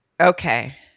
Okay